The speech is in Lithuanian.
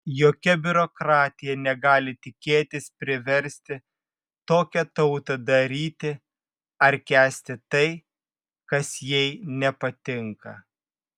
jokia biurokratija negali tikėtis priversti tokią tautą daryti ar kęsti tai kas jai nepatinka